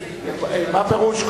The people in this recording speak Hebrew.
מה פירוש?